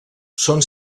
són